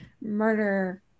murder